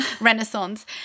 Renaissance